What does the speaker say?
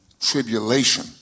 tribulation